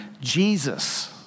Jesus